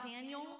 Daniel